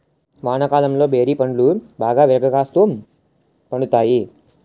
వానాకాలంలో బేరి పండ్లు బాగా విరాగాస్తు పండుతాయి